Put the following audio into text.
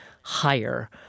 higher